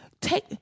take